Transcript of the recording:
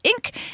Inc